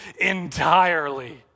entirely